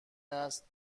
است